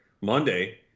monday